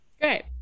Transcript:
Great